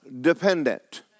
dependent